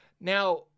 Now